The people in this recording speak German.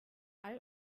all